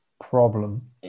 problem